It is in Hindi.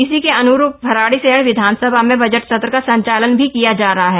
इसी के अन्रूप भराड़ीसैंण विधानसभा में बजट सत्र का संचालन भी किया जा रहा है